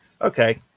Okay